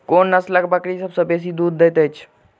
कोन नसलक बकरी सबसँ बेसी दूध देइत अछि?